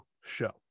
show